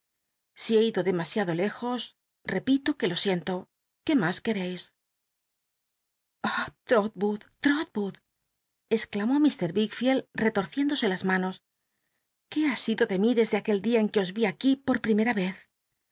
si he ido demasiado lejos repito c ue lo siento qué mas quercis j ah too l'rotwood exclamó fr wickfield retorciéndose las manos qné ha sido de mi desde aquel dia en que os vi aqut por priml'ra vez